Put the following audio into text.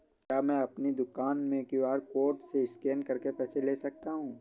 क्या मैं अपनी दुकान में क्यू.आर कोड से स्कैन करके पैसे ले सकता हूँ?